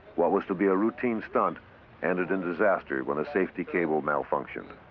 what was to be a routine stunt ended in disaster when a safety cable malfunctioned.